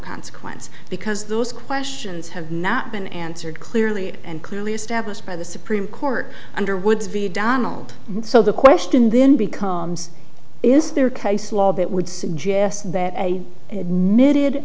consequence because those questions have not been answered clearly and clearly established by the supreme court underwood's v donald so the question then becomes is there case law that would suggest that a